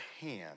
hand